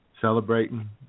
celebrating